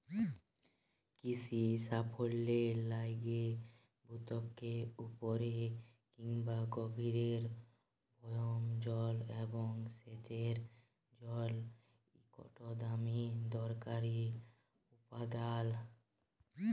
কিসির সাফল্যের লাইগে ভূত্বকের উপরে কিংবা গভীরের ভওম জল এবং সেঁচের জল ইকট দমে দরকারি উপাদাল